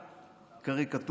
קריקטורה של ממשלה.